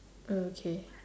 oh ookay